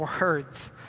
words